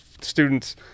students